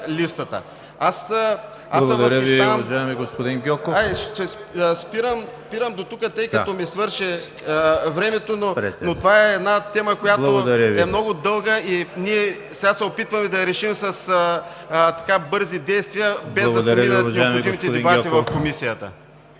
Благодаря Ви, господин Гьоков.